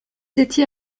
étiez